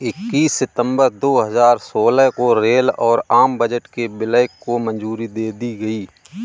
इक्कीस सितंबर दो हजार सोलह को रेल और आम बजट के विलय को मंजूरी दे दी गयी